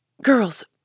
Girls